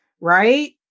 right